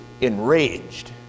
enraged